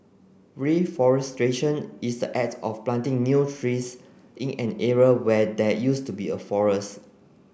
reforestation is the act of planting new trees in an area where there used to be a forest